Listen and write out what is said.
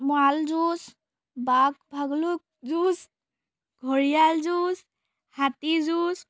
মাল যুঁজ বাঘ ভালুক যুঁজ ঘৰিয়াল যুঁজ হাতী যুঁজ